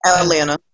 Atlanta